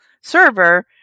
server